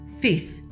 faith